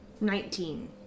Nineteen